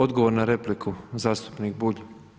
Odgovor na repliku, zastupnik Bulj.